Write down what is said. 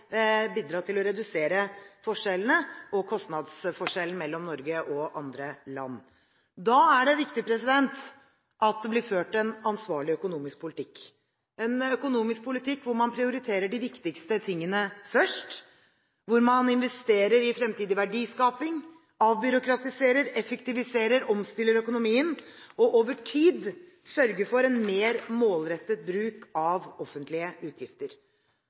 til å redusere forskjellene og kostnadsforskjellen mellom Norge og andre land? Da er det viktig at det blir ført en ansvarlig økonomisk politikk – en økonomisk politikk hvor man prioriterer de viktigste tingene først, hvor man investerer i fremtidig verdiskaping, avbyråkratiserer, effektiviserer og omstiller økonomien, og over tid sørger for en mer målrettet bruk av offentlige utgifter.